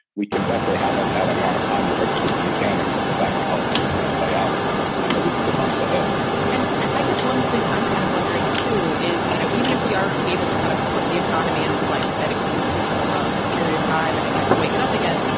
we can bet they haven't had a lot of time to work through the but mechanics of exactly how this is going to play out in the weeks and months ahead and i guess one thing i'm kind of wondering, too, is, you know, even if we are able to kind of put the economy in this like medically induced coma for a period of time and then kind of wake it up again.